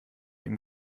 ihm